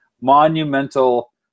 monumental